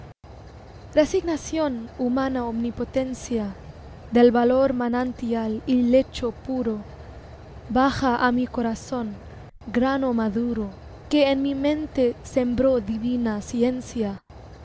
eesignación resignación humana omnipotencia del valor manantial y lecho puro baja á mi corazón grano maduro que en mi mente sembró divina ciencia